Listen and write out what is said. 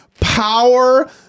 power